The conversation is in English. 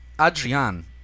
Adrian